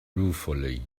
ruefully